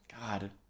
God